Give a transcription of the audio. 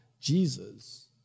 Jesus